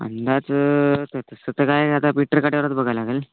अंदाज तर तसं तर काय का आता पिटर काट्यावरच बघाय लागेल